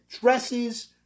dresses